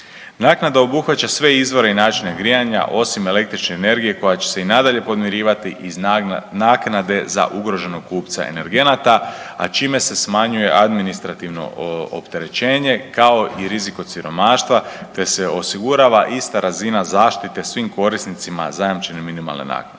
Naknada obuhvaća sve izvore i načine grijanja osim električne energije koja će se i nadalje podmirivati iz naknade za ugroženog kupca energenata, a čime se smanjuje administrativno opterećenje, kao i rizik od siromaštva te se osigurava ista razina zaštite svim korisnicima zajamčene minimalne naknade.